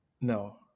no